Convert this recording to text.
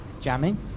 jamming